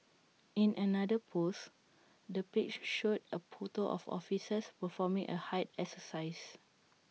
in another post the page showed A photo of officers performing A height exercise